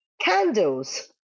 candles